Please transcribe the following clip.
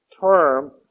term